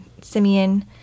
Simeon